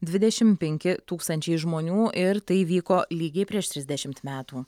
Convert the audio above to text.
dvidešimt penki tūkstančiai žmonių ir tai įvyko lygiai prieš trisdešimt metų